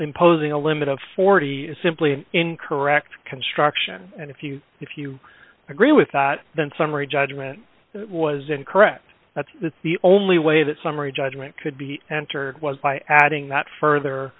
imposing a limit of forty simply incorrect construction and if you if you agree with that then summary judgment was incorrect that's the only way that summary judgment could be countered was by adding that further